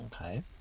Okay